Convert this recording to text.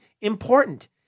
important